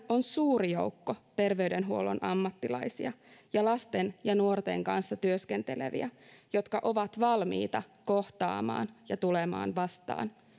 on suuri joukko terveydenhuollon ammattilaisia ja lasten ja nuorten kanssa työskenteleviä jotka ovat valmiita kohtaamaan ja tulemaan vastaan